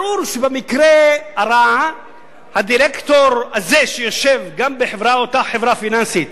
ברור שבמקרה הרע הדירקטור שיושב באותה חברה פיננסית